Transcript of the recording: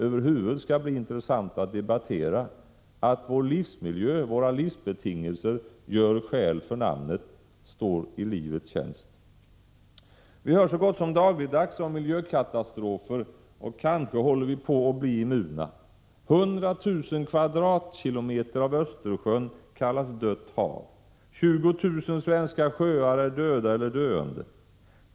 över huvud skall bli intressanta att debattera, att vår livsmiljö, våra livsbetingelser, gör skäl för namnet, står i livets tjänst. Vi hör så gott som dagligdags om miljökatastrofer — kanske håller vi på att bli immuna? 100 000 kvadratkilometer av Östersjön kallas dött hav. 20 000 svenska sjöar är döda eller döende.